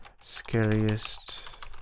scariest